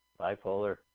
Bipolar